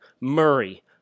Murray